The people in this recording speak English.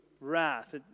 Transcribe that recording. wrath